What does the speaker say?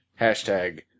hashtag